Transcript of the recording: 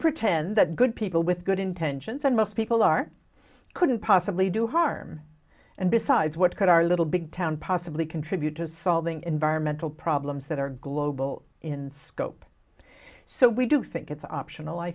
pretend that good people with good intentions and most people are couldn't possibly do harm and besides what could our little big town possibly contribute to solving environmental problems that are global in scope so we do think it's optional i